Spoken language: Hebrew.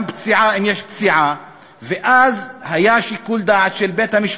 גם פציעה, אם יש פציעה.